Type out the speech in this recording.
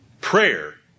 Prayer